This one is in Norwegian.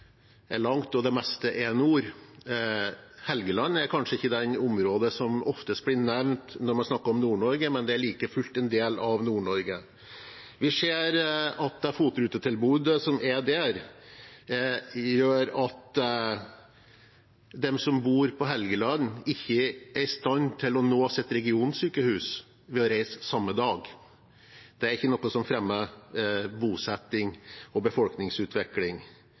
kanskje ikke det området som oftest blir nevnt når man snakker om Nord-Norge, men det er like fullt en del av Nord-Norge. Vi ser at FOT-rutetilbudet som er der, gjør at de som bor på Helgeland, ikke er i stand til å nå sitt regionsykehus hvis man reiser samme dag. Det er ikke noe som fremmer bosetting og befolkningsutvikling.